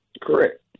Correct